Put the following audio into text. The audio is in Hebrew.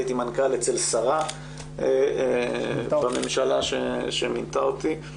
הייתי מנכ"ל אצל שרה בממשלה שמינתה אותי.